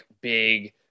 big